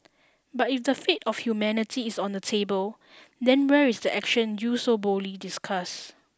but if the fate of humanity is on the table then where is the action you so boldly discuss